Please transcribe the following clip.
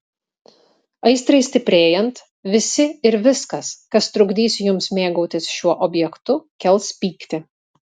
aistrai stiprėjant visi ir viskas kas trukdys jums mėgautis šiuo objektu kels pyktį